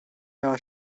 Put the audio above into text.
miała